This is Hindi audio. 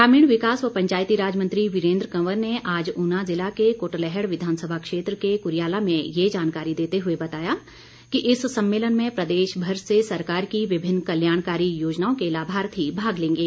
ग्रामीण विकास व पंचायती राज मंत्री वीरेन्द्र कंवर ने आज ऊना जिला के कुटलैहड़ विधानसभा क्षेत्र के कुरियाला में ये जानकारी देते हुए बताया कि इस सम्मेलन में प्रदेशभर से सरकार की विभिन्न कल्याणकारी योजनाओं के लाभार्थी भाग लेंगे